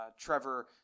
Trevor